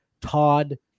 Todd